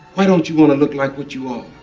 why don't you want to look like what you are?